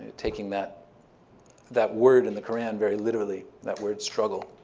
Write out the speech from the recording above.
taking that that word in the quran very literally, that word struggle,